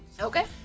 Okay